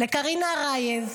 לקרינה ארייב,